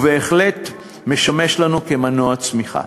והוא בהחלט משמש לנו כמנוע צמיחה.